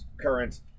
Current